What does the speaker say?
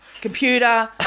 computer